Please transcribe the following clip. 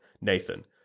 Nathan